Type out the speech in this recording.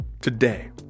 Today